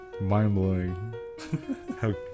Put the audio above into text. mind-blowing